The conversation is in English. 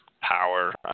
power